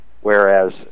Whereas